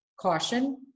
caution